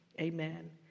Amen